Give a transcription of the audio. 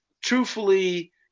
truthfully